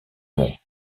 mont